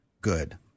good